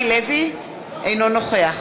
אינו נוכח